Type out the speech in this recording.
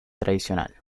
tradicional